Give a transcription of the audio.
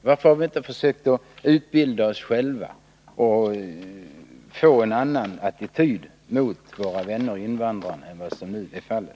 Varför har vi inte försökt att utbilda oss själva för att få en annan attityd mot våra vänner invandrarna än vad som nu är fallet?